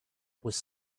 was